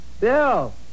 Bill